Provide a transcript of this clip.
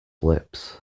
lips